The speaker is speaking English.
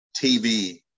TV